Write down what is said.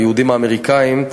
היהודים האמריקנים,